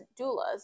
doulas